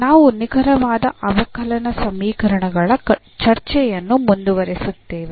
ನಾವು ನಿಖರವಾದ ಅವಕಲನ ಸಮೀಕರಣಗಳ ಚರ್ಚೆಯನ್ನು ಮುಂದುವರಿಸುತ್ತೇವೆ